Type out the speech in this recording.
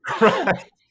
Right